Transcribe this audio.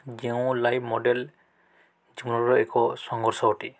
ଯେଉଁ live model ଏକ ସଂଘର୍ଷ ଅଟେ